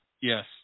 Yes